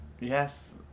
Yes